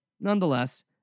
nonetheless